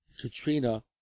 Katrina